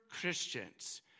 Christians